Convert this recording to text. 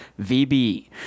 VB